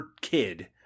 kid